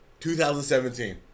2017